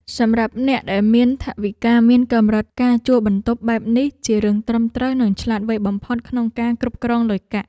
សម្រាប់អ្នកដែលមានថវិកាមានកម្រិតការជួលបន្ទប់បែបនេះជារឿងត្រឹមត្រូវនិងឆ្លាតវៃបំផុតក្នុងការគ្រប់គ្រងលុយកាក់។